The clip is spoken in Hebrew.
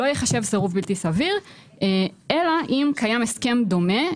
לא ייחשב סירוב בלתי סביר אלא אם קיים הסכם דומה,